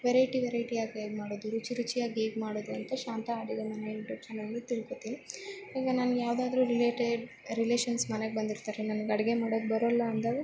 variety ವೆರೈಟಿಯಾಗಿ ಹೇಗೆ ಮಾಡೋದು ರುಚಿರುಚಿಯಾಗಿ ಹೇಗ್ ಮಾಡೋದು ಅಂತ ಶಾಂತ ಅಡಿಗೆ ಮನೆ ಯೂಟ್ಯೂಬ್ ಚಾನೆಲಲ್ಲಿ ತಿಳ್ಕೋತಿನಿ ಈಗ ನನಗೆ ಯಾವುದಾದ್ರು ರಿಲೇಟೆಡ್ ರಿಲೇಶನ್ಸ್ ಮನೆಗೆ ಬಂದಿರ್ತಾರೆ ನನ್ಗೆ ಅಡಿಗೆ ಮಾಡೋಕ್ ಬರೊಲ್ಲ ಅಂದಾಗ